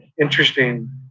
interesting